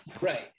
Right